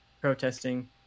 protesting